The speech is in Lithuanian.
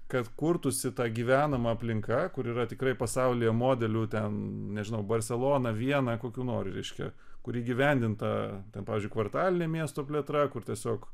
kad kurtųsi ta gyvenama aplinka kur yra tikrai pasaulyje modelių ten nežinau barselona viena kokių nori reiškia kur įgyvendinta pavyzdžiui kvartalinė miesto plėtra kur tiesiog